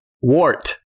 wart